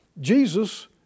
Jesus